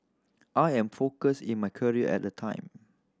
I am focused in my career at the time